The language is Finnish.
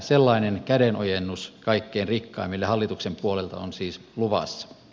sellainen kädenojennus kaikkein rikkaimmille hallituksen puolelta on siis luvassa